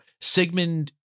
Sigmund